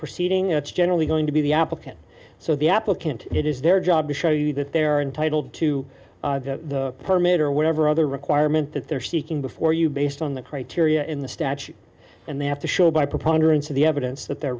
proceeding it's generally going to be the applicant so the applicant it is their job to show you that they're entitled to the permit or whatever other requirement that they're seeking before you based on the criteria in the statute and they have to show by proponents of the evidence that the